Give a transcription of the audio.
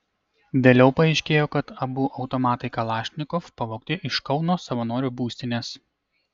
vėliau paaiškėjo kad abu automatai kalašnikov pavogti iš kauno savanorių būstinės